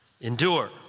endure